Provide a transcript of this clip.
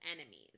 enemies